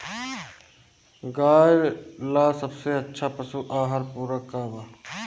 गाय ला सबसे अच्छा पशु आहार पूरक का बा?